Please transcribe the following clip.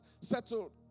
settled